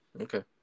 Okay